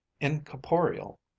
incorporeal